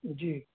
जी